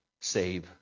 save